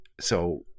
so-